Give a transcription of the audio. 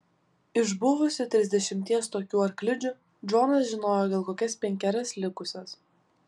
iš buvusių trisdešimties tokių arklidžių džonas žinojo gal kokias penkerias likusias